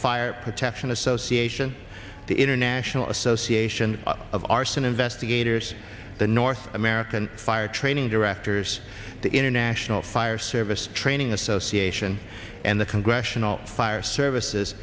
fire protection association the international association of arson investigators the nor american fire training directors the international fire service training association and the congressional fire services